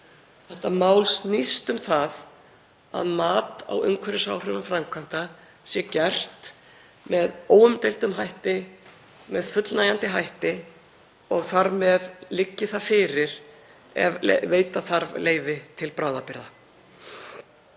Þetta mál snýst um það að mat á umhverfisáhrifum framkvæmda sé gert með óumdeildum hætti, með fullnægjandi hætti og þar með liggi það fyrir ef veita þarf leyfi til bráðabirgða.